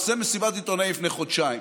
עושה מסיבת עיתונאים לפני חודשיים,